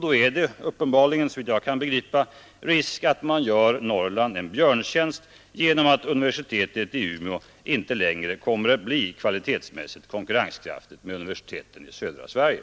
Då är det, såvitt jag kan begripa, risk för att man gör Norrland en björntjänst genom att universitetet i Umeå inte längre kommer att bli kvalitetsmässigt konkurrenskraftigt gentemot universiteten i södra Sverige.